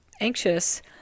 anxious